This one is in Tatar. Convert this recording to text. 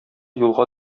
юлга